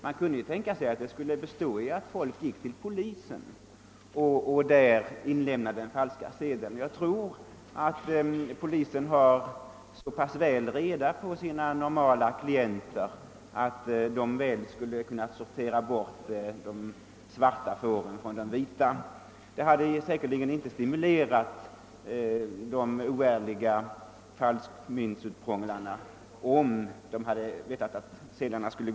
Man skulle kunna tänka sig att detta skulle bestå i att folk gick till polisen och inlämnade den falska sedeln. Jag tror att polisen har så pass väl reda på sina normala klienter att den skulle kunna skilja de svarta fåren från de vita. Det skulle säkerligen inte stimulera de oärliga falskmyntutprånglarna, om de visste att sedlarna kommer.